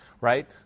right